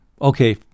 Okay